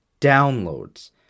downloads